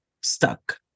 stuck